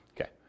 Okay